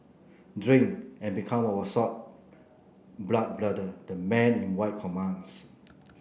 drink and become our sworn blood brother the man in white commands